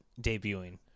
debuting